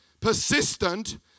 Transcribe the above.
persistent